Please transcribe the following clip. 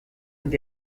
und